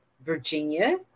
Virginia